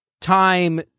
time